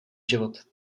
život